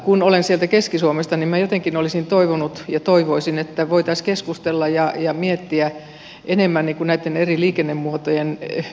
kun olen sieltä keski suomesta minä jotenkin olisin toivonut ja toivoisin että voitaisiin keskustella ja miettiä enemmän näitten eri liikennemuotojen yhteensovittamista